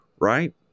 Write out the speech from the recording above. right